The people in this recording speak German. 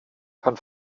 kann